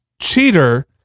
cheater